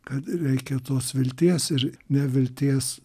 kad reikia tos vilties ir nevilties